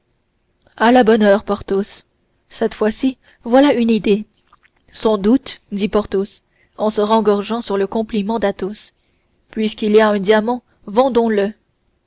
à la bonne heure porthos cette fois-ci voilà une idée sans doute dit porthos en se rengorgeant sur le compliment d'athos puisqu'il y a un diamant vendons le